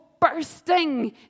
bursting